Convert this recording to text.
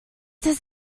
does